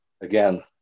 again